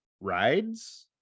rides